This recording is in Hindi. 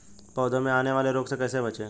पौधों में आने वाले रोग से कैसे बचें?